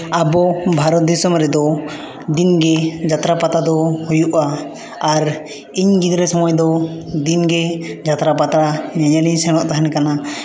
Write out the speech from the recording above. ᱟᱵᱚ ᱵᱟᱨᱚᱛ ᱫᱤᱥᱚᱢ ᱨᱮᱫᱚ ᱫᱤᱱᱜᱮ ᱡᱟᱛᱨᱟ ᱯᱟᱛᱟ ᱫᱚ ᱦᱩᱭᱩᱜᱼᱟ ᱟᱨ ᱤᱧ ᱜᱤᱫᱽᱨᱟᱹ ᱥᱩᱢᱟᱹᱭ ᱫᱚ ᱫᱤᱱᱜᱮ ᱡᱟᱛᱨᱟ ᱯᱟᱛᱟ ᱧᱮᱧᱮᱞᱤᱧ ᱥᱮᱱᱚᱜ ᱛᱟᱦᱮᱱ ᱠᱟᱱᱟ